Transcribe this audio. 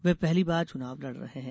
वे पहली बार चुनाव लड़ रहे हैं